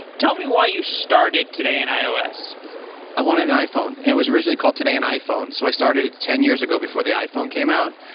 tell me why you started today in ios i wanted an iphone. it was originally called today in iphone, so i started ten years ago before the iphone came out.